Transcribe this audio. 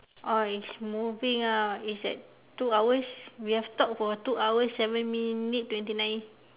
oh it's moving ah is at two hours we have talked for two hours seven minute twenty nine